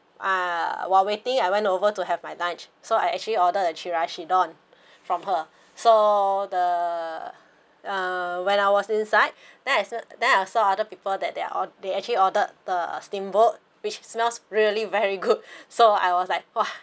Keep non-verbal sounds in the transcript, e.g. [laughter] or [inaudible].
uh while waiting I went over to have my lunch so I actually ordered the chirashi don from her [breath] so the uh when I was inside then I saw then I saw other people that they're or~ they actually ordered the steamboat which smells really very good [laughs] so I was like !wah!